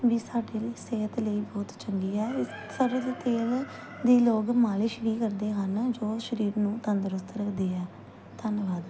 ਵੀ ਸਾਡੇ ਲਈ ਸਿਹਤ ਲਈ ਬਹੁਤ ਚੰਗੀ ਹੈ ਇਸ ਸਰ੍ਹੋਂ ਤੇਲ ਦੀ ਲੋਕ ਮਾਲਿਸ਼ ਵੀ ਕਰਦੇ ਹਨ ਜੋ ਸਰੀਰ ਨੂੰ ਤੰਦਰੁਸਤ ਰੱਖਦੀ ਹੈ ਧੰਨਵਾਦ